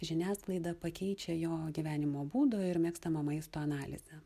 žiniasklaida pakeičia jo gyvenimo būdo ir mėgstamo maisto analize